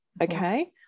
okay